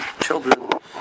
children